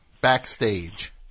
backstage